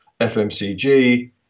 FMCG